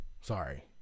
Sorry